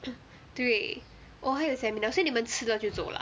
对 oh 她有 seminar 所以你们吃了就走 lah